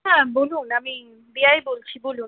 হ্যাঁ বলুন আমি দিয়াই বলছি বলুন